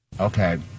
Okay